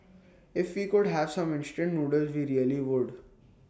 if we could have some instant noodles we really would